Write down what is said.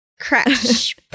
crash